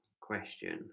question